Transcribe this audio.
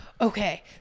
okay